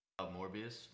Morbius